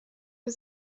für